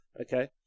okay